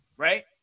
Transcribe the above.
Right